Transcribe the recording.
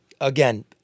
again